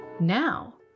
Now